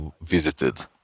visited